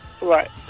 Right